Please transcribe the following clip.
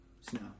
snow